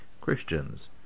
Christians